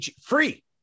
free